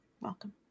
Welcome